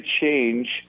change